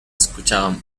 escuchaba